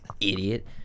Idiot